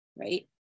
right